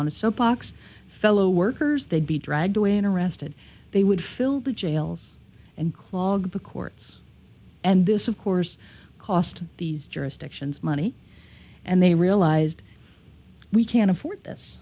a soapbox fellow workers they'd be dragged away in arrested they would fill the jails and clog the courts and this of course cost these jurisdictions money and they realised we can't afford this